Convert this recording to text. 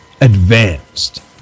advanced